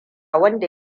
wanda